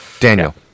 Daniel